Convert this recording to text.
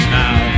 now